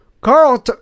Carl